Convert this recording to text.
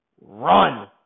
Run